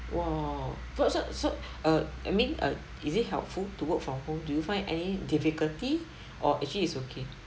!wow! for so so err I mean uh is it helpful to work from home do you find any difficulty or actually is okay